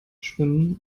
schwimmen